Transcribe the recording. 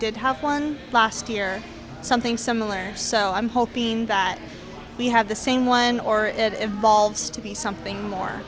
did have one last year something similar so i'm hoping we have the same one or it evolves to be something more